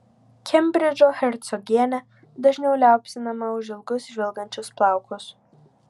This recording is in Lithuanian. kembridžo hercogienė dažniau liaupsinama už ilgus žvilgančius plaukus